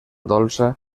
dolça